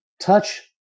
touch